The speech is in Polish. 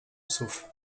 psów